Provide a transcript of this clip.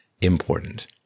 important